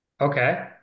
Okay